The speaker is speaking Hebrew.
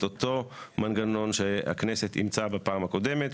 אותו מנגנון שהכנסת אימצה בפעם הקודמת.